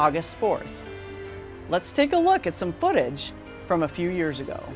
august fourth let's take a look at some footage from a few years ago